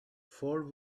four